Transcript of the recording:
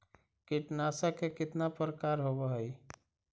कीटनाशक के कितना प्रकार होव हइ?